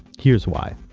here's why.